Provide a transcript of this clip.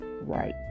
right